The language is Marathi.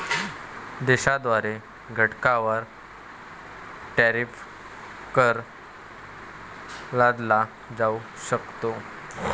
देशाद्वारे घटकांवर टॅरिफ कर लादला जाऊ शकतो